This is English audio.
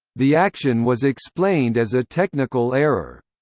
the action was explained as a technical error.